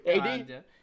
AD